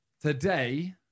today